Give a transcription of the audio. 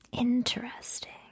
Interesting